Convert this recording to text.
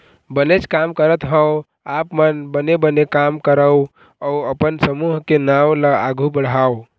बनेच काम करत हँव आप मन बने बने काम करव अउ अपन समूह के नांव ल आघु बढ़ाव